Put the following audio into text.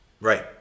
Right